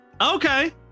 okay